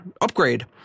upgrade